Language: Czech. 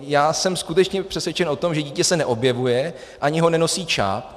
Já jsem skutečně přesvědčen o tom, že dítě se neobjevuje a ani ho nenosí čáp.